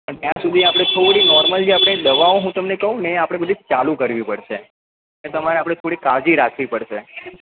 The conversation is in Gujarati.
પણ ત્યાં સુધી આપણે થોડી નોર્મલ જે આપણે દવાઓ હું તમને કહું ને એ આપણે બધી ચાલું કરવી પડશે એટલે તમારે આપણે થોડીક કાળજી રાખવી પડશે